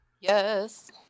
Yes